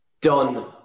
done